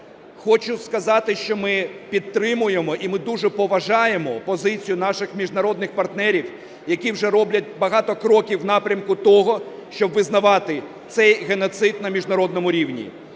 Хочу сказати, що ми підтримуємо і ми дуже поважаємо позицію наших міжнародних партнерів, які вже роблять багато кроків в напрямку того, щоб визнавати цей геноцид на міжнародному рівні.